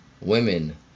women